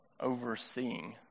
overseeing